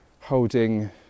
holding